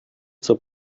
zur